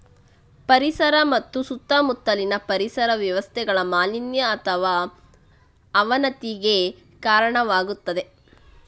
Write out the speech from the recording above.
ಪರಿಸರ ಮತ್ತು ಸುತ್ತಮುತ್ತಲಿನ ಪರಿಸರ ವ್ಯವಸ್ಥೆಗಳ ಮಾಲಿನ್ಯ ಅಥವಾ ಅವನತಿಗೆ ಕಾರಣವಾಗುತ್ತದೆ